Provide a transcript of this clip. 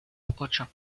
ocho